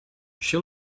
she